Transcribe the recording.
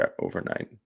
overnight